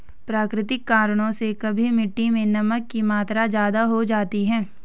प्राकृतिक कारणों से कभी मिट्टी मैं नमक की मात्रा ज्यादा हो जाती है